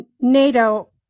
NATO